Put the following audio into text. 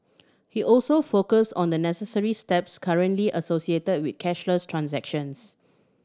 he also focused on the necessary steps currently associated with cashless transactions